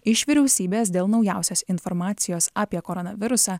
iš vyriausybės dėl naujausios informacijos apie koronavirusą